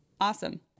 Awesome